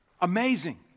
Amazing